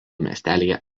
miestelyje